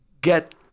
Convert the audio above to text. get